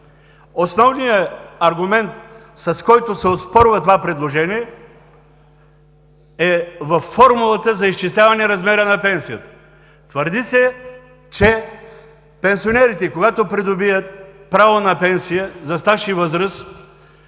Основният аргумент, с който се оспорва това предложение, е във формулата за изчисляване размера на пенсията. Твърди се, че пенсионерите, когато придобият право на пенсия за стаж и възраст,